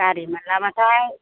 गारि मोनलाबाथाय